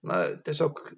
na tiesiog